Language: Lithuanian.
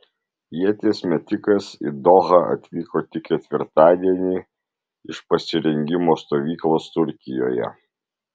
ieties metikas į dohą atvyko tik ketvirtadienį iš pasirengimo stovyklos turkijoje